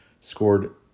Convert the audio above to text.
scored